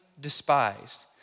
despised